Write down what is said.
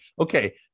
okay